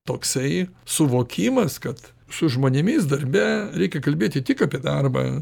toksai suvokimas kad su žmonėmis darbe reikia kalbėti tik apie darbą